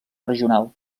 regional